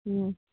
ହଁ